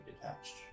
detached